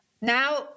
now